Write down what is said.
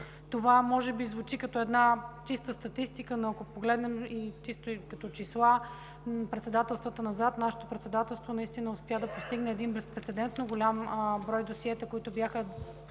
Това може би звучи като една чиста статистика, но ако погледнем като числа председателствата назад, нашето председателство наистина успя да постигне един безпрецедентно голям брой досиета, с които бяха